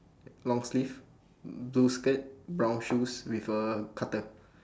long sleeve blue skirt brown shoes with a cutter